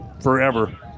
forever